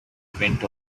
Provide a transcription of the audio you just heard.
went